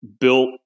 built